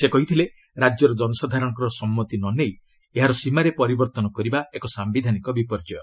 ସେ କହିଥିଲେ ରାଜ୍ୟର ଜନସାଧାରଣଙ୍କର ସମ୍ମତି ନ ନେଇ ଏହାର ସୀମାରେ ପରିବର୍ତ୍ତନ କରିବା ଏକ ସାମ୍ବିଧାନିକ ବିପର୍ଯ୍ୟୟ